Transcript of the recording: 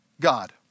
God